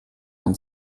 und